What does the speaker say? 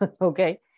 Okay